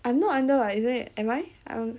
I am not under like is it am I